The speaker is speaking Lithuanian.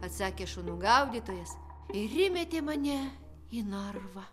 atsakė šunų gaudytojas ir įmetė mane į narvą